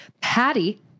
Patty